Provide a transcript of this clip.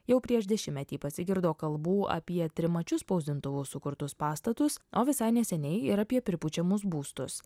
jau prieš dešimtmetį pasigirdo kalbų apie trimačiu spausdintuvu sukurtus pastatus o visai neseniai ir apie pripučiamus būstus